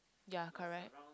ya correct